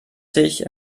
sich